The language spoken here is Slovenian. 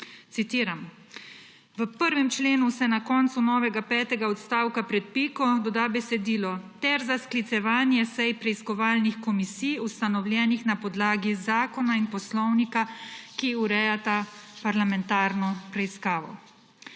citiram: »V 1. členu se na koncu novega petega odstavka pred piko doda besedilo »ter za sklicevanje sej preiskovalnih komisij, ustanovljenih na podlagi zakona in Poslovnika, ki urejata parlamentarno preiskavo.«